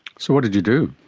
so what did you do?